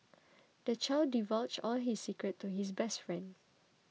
the child divulged all his secrets to his best friend